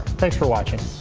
thanks for watching.